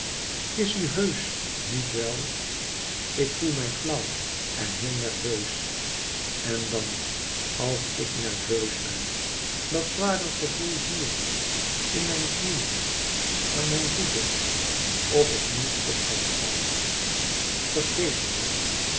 is u heusch niet wel ik voel mij flauw en heel nerveus en dan als ik nerveus ben dat zware gevoel hier in mijn knieen aan mijn voeten of ik niet op kan staan vergeef me